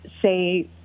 say